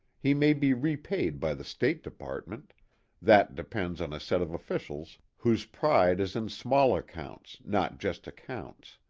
he may be repaid by the state department that depends on a set of officials whose pride is in small accounts not just accounts.